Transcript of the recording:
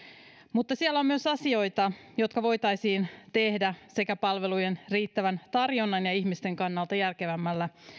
mutta siellä on myös asioita jotka voitaisiin tehdä palvelujen riittävän tarjonnan ja ihmisten kannalta järkevämmällä